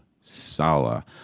Salah